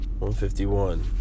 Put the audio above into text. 151